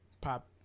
pop